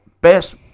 best